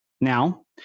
now